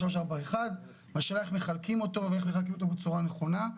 4.341 והשאלה איך מחלקים אותו ואיך מחלקים אותו בצורה נכונה.